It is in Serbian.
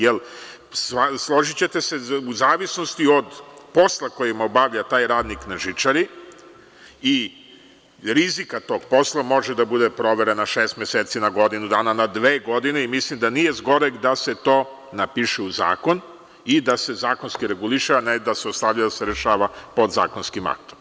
Jer, složićete se, u zavisnosti od posla koji obavlja taj radnik na žičari i rizika tog posla, može da bude provera na šest meseci, na godinu dana, na dve godine i mislim da nije zgoreg da se to napiše u zakon i da se zakonski reguliše, a ne da se ostavlja da se rešava podzakonskim aktom.